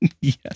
Yes